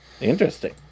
interesting